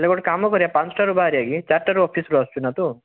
ହେଲେ ଗୋଟେ କାମ କରିବା ପାଞ୍ଚ୍ ଟାରୁ ବାହାରିବା କି ଚାରି'ଟାରୁ ଅଫିସ୍ ରୁ ଆସୁଛୁ ନା ତୁ